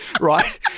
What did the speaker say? right